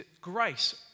grace